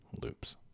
loops